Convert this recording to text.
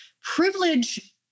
privilege